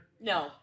No